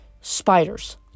spiders